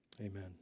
Amen